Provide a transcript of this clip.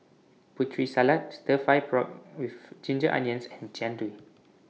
Putri Salad Stir Fry Pork with Ginger Onions and Jian Dui